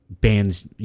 bands